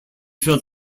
felt